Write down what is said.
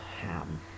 Ham